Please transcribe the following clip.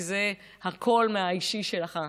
כי זה הכול מהאישי שלך.